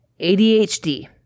ADHD